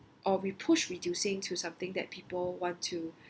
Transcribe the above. or we push reducing to something that people want to